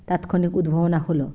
তাৎক্ষণিক উদ্ভাবনা হল